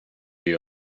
you